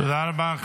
תודה רבה.